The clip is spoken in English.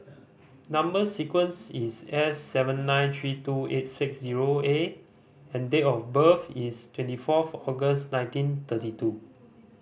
number sequence is S seven nine three two eight six zero A and date of birth is twenty fourth August nineteen thirty two